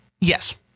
yes